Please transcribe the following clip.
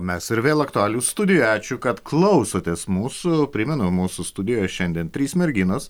mes ir vėl aktualijų studijoje ačiū kad klausotės mūsų primenu mūsų studijoje šiandien trys merginos